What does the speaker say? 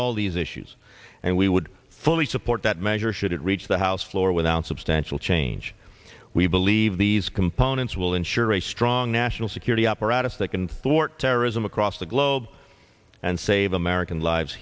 all these issues and we would fully support that measure should it reach the house floor without substantial change we believe these components will ensure a strong national security apparatus that can thwart terrorism across the globe and save american lives